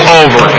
over